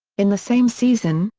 in the same season,